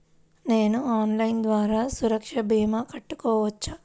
నేను ఆన్లైన్ ద్వారా సురక్ష భీమా కట్టుకోవచ్చా?